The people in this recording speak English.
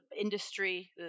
industry